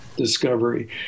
discovery